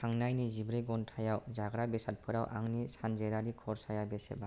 थांनाय नैजिब्रै घन्टायाव जाग्रा बेसादफोराव आंनि सानजेरारि खरसाया बेसेबां